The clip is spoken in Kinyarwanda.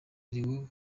leon